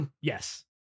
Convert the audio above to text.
Yes